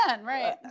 Right